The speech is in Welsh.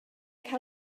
cael